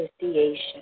association